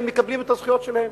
הם מקבלים את הזכויות שלהם,